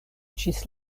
ĝis